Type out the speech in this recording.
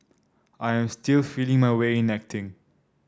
I am still feeling my way in acting